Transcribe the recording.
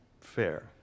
fair